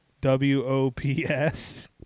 W-O-P-S